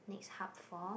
next hub for